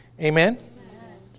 Amen